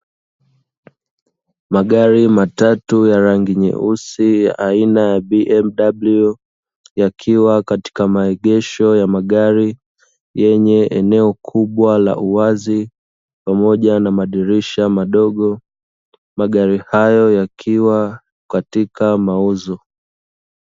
Magari matatu ya rangi nyeusi ya aina ya 'BMW', yakiwa katika maegesho ya magari yenye eneo kubwa la uwazi, pamoja na madirisha madogo. Magari hayo yakiwa katika mauzo.